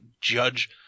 judge